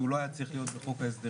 שהוא לא היה צריך להיות בחוק ההסדרים.